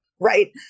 right